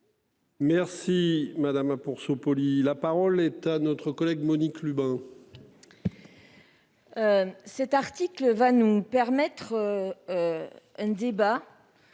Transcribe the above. Merci madame pour. La parole est à notre collègue Monique Lubin.